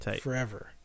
forever